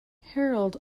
harald